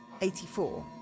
84